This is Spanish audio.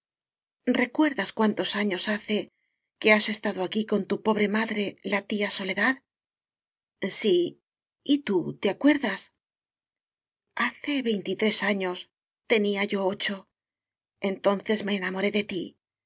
recuerdas cuántos años hace que has estado aquí con tu pobre madre la tía so ledad sí y tú te acuerdas hace veintitrés años tenía yo ocho entonces me enamoré de tí